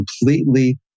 completely